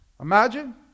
Imagine